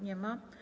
Nie ma.